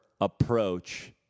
approach